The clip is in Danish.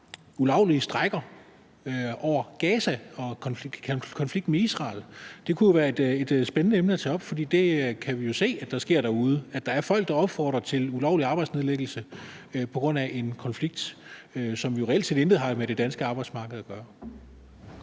ulovlige strejker på grund af Gaza og konflikten med Israel. Det kunne jo være et spændende emne at tage op, for vi kan jo se, at det sker derude, at der er folk, der opfordrer til ulovlige arbejdsnedlæggelse på grund af en konflikt, som jo reelt set intet har med det danske arbejdsmarked at gøre.